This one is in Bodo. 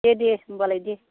दे दे होम्बालाय दे